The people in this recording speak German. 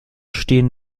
stehen